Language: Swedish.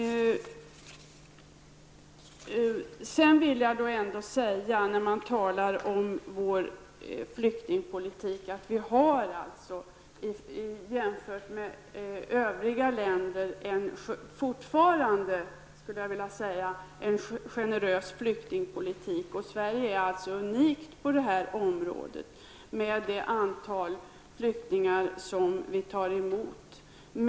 Jämfört med de övriga länder har Sverige fortfarande, skulle jag vilja säga, en generös flyktingpolitik. Sverige är alltså unikt på detta område, med tanke på det antal flyktingar som vi tar emot.